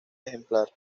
ejemplar